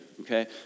okay